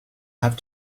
have